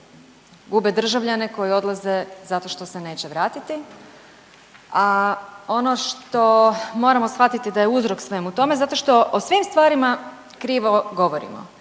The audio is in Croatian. gube državljane koji odlaze zato što se neće vratiti, a ono što moramo shvatiti da je uzrok svemu tome zato što o svim stvarima krivo govorimo.